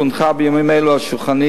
בימים אלו הונחה על שולחני